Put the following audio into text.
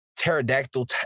pterodactyl